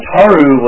Taru